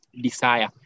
desire